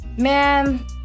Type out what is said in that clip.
man